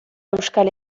euskal